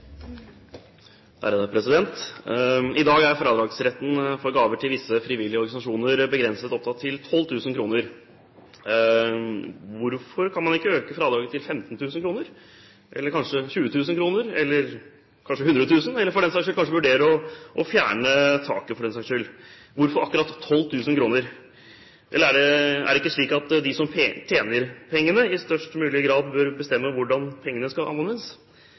fradragsretten for gaver til visse frivillige organisasjoner begrenset oppad til 12 000 kr. Hvorfor kan man ikke øke fradraget til 15 000 kr, eller kanskje 20 000 kr, eller 100 000 kr, eller for den saks skyld kanskje vurdere å fjerne taket? Hvorfor akkurat 12 000 kr? Er det ikke slik at de som tjener pengene, i størst mulig grad bør bestemme hvordan pengene skal anvendes?